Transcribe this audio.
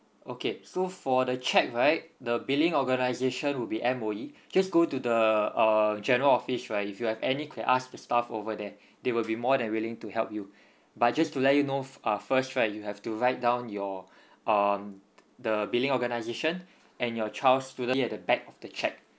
okay so for the cheque right the billing organization would be M_O_E just go to the err general office right if you have any question ask the staff over there they will be more than willing to help you but just to let you know uh first right you have to write down your um the billing organisation and your child's student I D at the back of the cheque